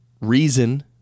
reason